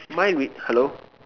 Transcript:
mind re~ hello